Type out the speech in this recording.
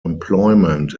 employment